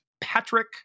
Patrick